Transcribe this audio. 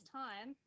time